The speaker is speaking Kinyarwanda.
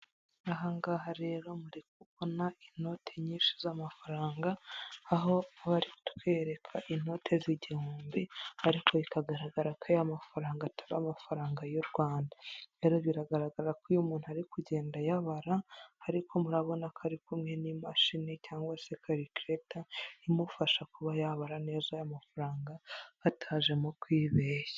Aha ngaha rero muri kubona inoti nyinshi z'amafaranga aho bari kutwereka inote z'igihumbi ariko bikagaragara ko aya mafaranga atari amafaranga y'u rwanda, rero biragaragara ko iyu muntu ari kugenda ayabara ariko murabona ko ari kumwe n'imashini cyangwa se karikilete imufasha kuba yabara neza amafaranga hatajemo kwibeshya.